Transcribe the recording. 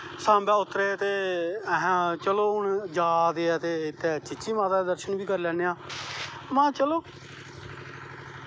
साबैं उतरे ते अहैं जा दे ऐं ते इत्थें चीची माता दे दर्शन बी करी लैन्नें आं महां चलो